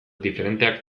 diferenteak